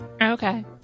Okay